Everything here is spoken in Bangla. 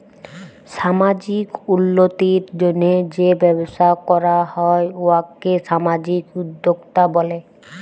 সামাজিক উল্লতির জ্যনহে যে ব্যবসা ক্যরা হ্যয় উয়াকে সামাজিক উদ্যোক্তা ব্যলে